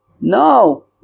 No